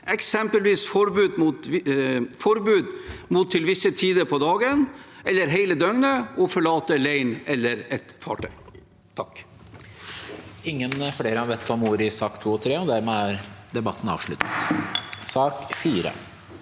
eksempelvis forbud mot til visse tider på dagen eller hele døgnet å forlate leiren eller et fartøy.